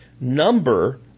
number